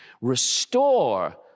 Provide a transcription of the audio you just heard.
Restore